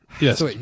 yes